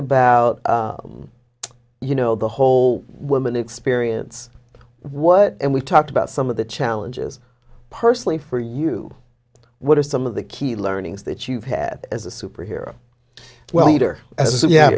about you know the whole women experience what we talked about some of the challenges personally for you what are some of the key learnings that you've had as a superhero well hea